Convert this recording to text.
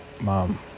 mom